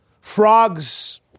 Frogs